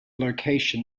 location